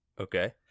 Okay